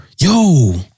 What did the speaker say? Yo